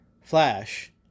Flash